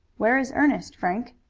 where is ernest, frank?